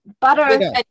Butter